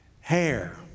hair